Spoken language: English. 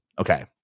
Okay